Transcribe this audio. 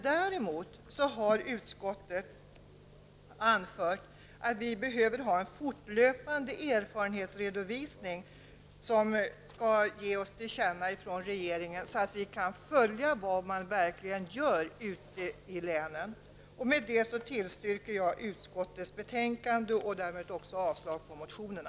Däremot har utskottet anfört att vi behöver få en fortlöpande erfarenhetsredovisning som skall ges oss till känna från regeringen, så att vi kan följa vad som verkligen görs ute i länen. Med detta tillstyrker jag utskottets hemställan och yrkar avslag på motionerna.